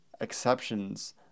exceptions